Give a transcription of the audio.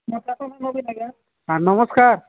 ଆଜ୍ଞା ସାର୍ ନମସ୍କାର